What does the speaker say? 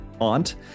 aunt